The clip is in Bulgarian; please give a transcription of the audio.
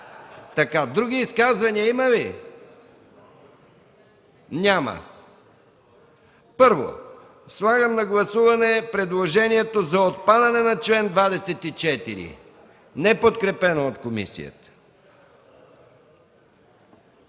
за други изказвания? Няма. Подлагам на гласуване предложението за отпадане на чл. 24, неподкрепено от комисията.